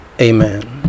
Amen